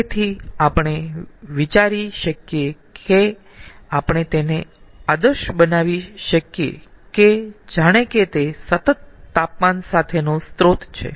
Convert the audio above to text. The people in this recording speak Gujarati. તેથી આપણે વિચારી શકીયે છીએ કે આપણે તેને આદર્શ બનાવી શકીયે કે જાણે કે તે સતત તાપમાન સાથેનો સ્ત્રોત છે